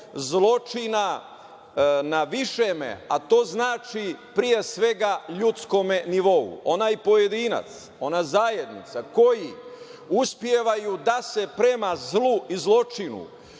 zločina na višem, a to znači pre svega ljudskom nivou. Onaj pojedinac, ona zajednica koja uspeva da se prema zlu i zločinu